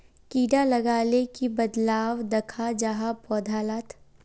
कीड़ा लगाले की बदलाव दखा जहा पौधा लात?